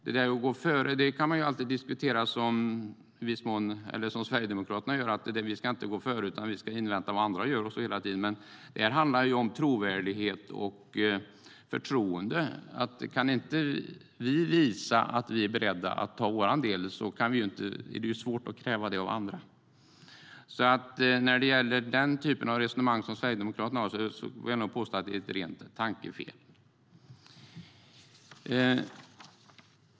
Där kan man alltid resonera som Sverigedemokraterna - att vi inte ska gå före utan hela tiden invänta vad andra gör. Men detta handlar om trovärdighet och förtroende. Om inte vi kan visa att vi är beredda att ta vår del är det svårt att kräva detta av andra. Jag vill påstå att den typ av resonemang som Sverigedemokraterna för är ett rent tankefel.